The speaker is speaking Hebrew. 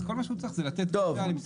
אז כל מה שהוא צריך זה לתת גישה, אם צריך.